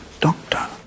doctor